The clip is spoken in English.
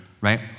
right